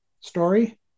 story